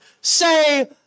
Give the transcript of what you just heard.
say